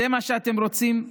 זה מה שאתם רוצים?